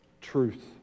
truth